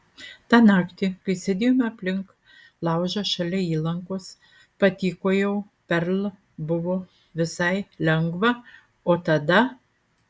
tą naktį kai sėdėjome aplink laužą šalia įlankos patykojau perl buvo visai lengva o tada